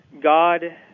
God